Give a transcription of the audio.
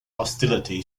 hostility